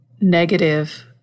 negative